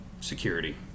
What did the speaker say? security